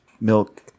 milk